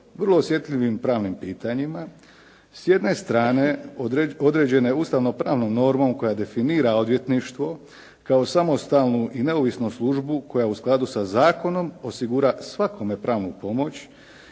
vrlo osjetljivim pravnim pitanjima, s jedne strane određene ustavnopravnom normom koja definira odvjetništvo kao samostalnu i neovisnu službu koja u skladu sa zakonom osigura svakome pravnu pomoć